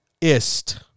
ist